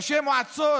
ראשי מועצות